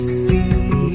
see